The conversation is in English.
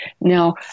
Now